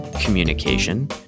communication